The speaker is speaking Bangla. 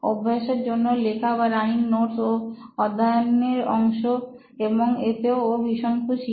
অভ্যাসের জন্য লেখা বা রানিং নোটস ও অধ্যায়ন এর অংশ এবং এতেও ও ভীষণ খুশি